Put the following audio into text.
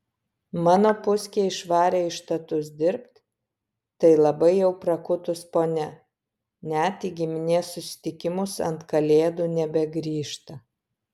mano puskė išvarė į štatus dirbt tai labai jau prakutus ponia net į giminės susitikimus ant kalėdų nebegrįžta